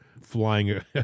flying